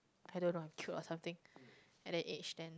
I don't know I'm cute or something at that age then